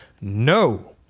no